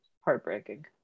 heartbreaking